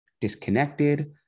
disconnected